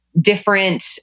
different